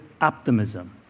optimism